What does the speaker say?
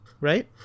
Right